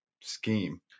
scheme